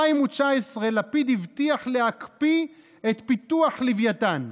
2019, לפיד הבטיח להקפיא את פיתוח לווייתן.